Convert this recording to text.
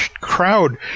crowd